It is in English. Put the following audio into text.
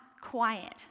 quiet